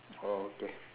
orh okay